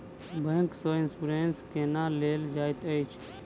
bank सँ insurance केना लेल जाइत अछि